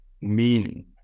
meaning